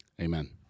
Amen